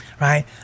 right